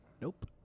Nope